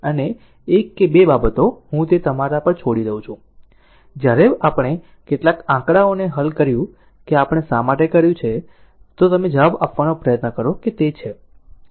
અને એક કે બે બાબતો હું તે તમારા પર છોડી દઉં છું જ્યારે આપણે કેટલાક આંકડાઓને હલ કર્યું કે આપણે શા માટે કર્યું છે તો તમે જવાબ આપવાનો પ્રયત્ન કરો કે તે છે